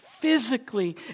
physically